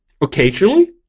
occasionally